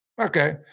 Okay